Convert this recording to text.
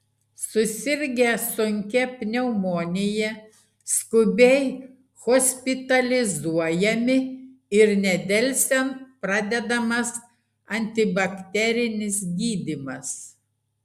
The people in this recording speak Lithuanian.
susirgę sunkia pneumonija skubiai hospitalizuojami ir nedelsiant pradedamas antibakterinis gydymas